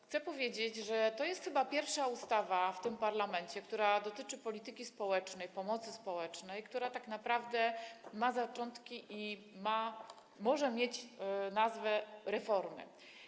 Chcę powiedzieć, że to jest chyba pierwsza ustawa w tym parlamencie, która dotyczy polityki społecznej, pomocy społecznej, która tak naprawdę ma zaczątki i może mieć nazwę reformy.